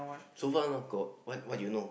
silver not gold what you know